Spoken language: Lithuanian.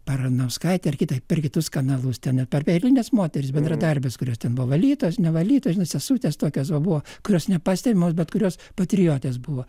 baranauskaitę ar kitaip per kitus kanalus ten per eilines moteris bendradarbes kurios ten buvo valytojos ne valytojos sesutės tokios va buvo kurios nepastebimos bet kurios patriotės buvo